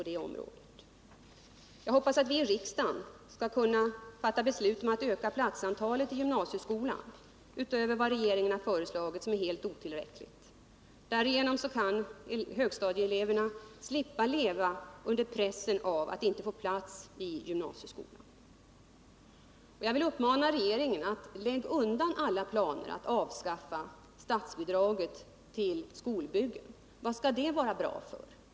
Det är också min förhoppning att vi i riksdagen kommer att fatta beslut om en ökning av platsantalet i gymnasieskolan utöver det som regeringen har föreslagit, eftersom detta är helt otillräckligt. Då skulle högstadieeleverna slippa leva under pressen av att inte få plats i gymnasieskolan. Jag vill uppmana regeringen att lägga undan alla planer på att avskaffa statsbidraget till skolbyggen. Vad skall det vara bra för?